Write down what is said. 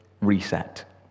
reset